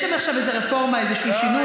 יש שם עכשיו איזו רפורמה, איזה שינוי.